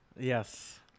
Yes